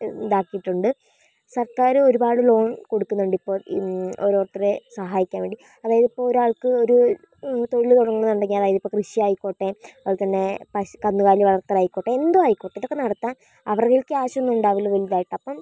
ഇതാക്കിയിട്ടുണ്ട് സർക്കാര് ഒരുപാട് ലോൺ കൊടുക്കുന്നുണ്ട് ഇപ്പോൾ ഓരോരുത്തരെ സഹായിക്കാൻ വേണ്ടി അതായത് ഇപ്പോൾ ഒരാൾക്ക് ഒര് തൊഴില് തുടങ്ങണം എന്നുണ്ടെങ്കിൽ അതായത് കൃഷിയായിക്കോട്ടെ അതുപോലെ തന്നെ പശ് കന്നുകാലി വളർത്തലായിക്കോട്ടെ എന്തോ ആയിക്കോട്ടെ ഇതൊക്കെ നടത്താൻ അവരുടെ കയ്യില് കാശൊന്നും ഉണ്ടാവില്ല വലുതായിട്ട് അപ്പം